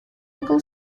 local